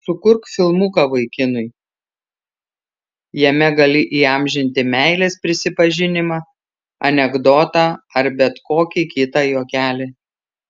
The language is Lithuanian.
sukurk filmuką vaikinui jame gali įamžinti meilės prisipažinimą anekdotą ar bet kokį kitą juokelį